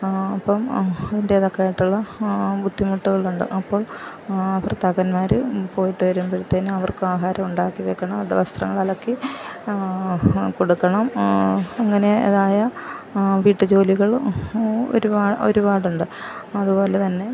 അപ്പം അതിൻറ്റെതൊക്ക ആയിട്ടുള്ള ബുദ്ധിമുട്ടുകളുണ്ട് ഭർത്താക്കന്മാര് പോയിട്ട് വരുമ്പഴത്തേനും അവർക്ക് ആഹാരം ഉണ്ടാക്കി വെക്കണം വസ്ത്രങ്ങൾ അലക്കി കൊടുക്കണം അങ്ങനത്തേതായ വീട്ടുജോലികള് ഒരുപാ ഒരുപാടുണ്ട് അതുപോലെതന്നെ